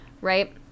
right